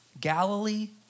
Galilee